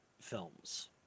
films